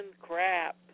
crap